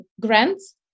grants